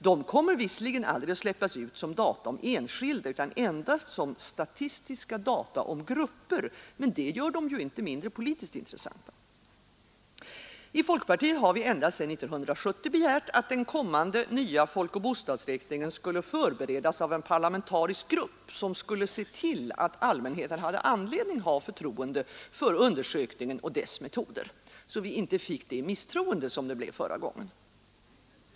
De kommer visserligen aldrig att släppas ut som data om enskilda utan endast som statistiska data om grupper. Men det gör dem ju inte mindre politiskt intressanta. I folkpartiet har vi ända sedan 1970 begärt att den kommande nya folkoch bostadsräkningen skulle förberedas av en parlamentarisk grupp som skulle se till att allmänheten hade anledning att ha förtroende för undersökningen och dess metoder, så att vi inte fick det misstroende som det blev förra gången.